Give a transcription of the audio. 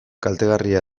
kaltegarria